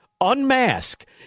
unmask